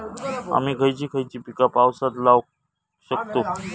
आम्ही खयची खयची पीका पावसात लावक शकतु?